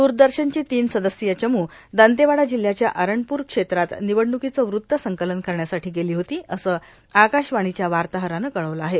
दूरदर्शनची तीन सदस्यीय चमू दंतेवाडा जिल्ह्याच्या अरणपूर क्षेत्रात निवडणूकीचं वृत्त संकलन करण्यासाठी गेली होती असं आकाशवाणीच्या वार्ताहरानं कळविलं आहे